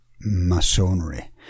masonry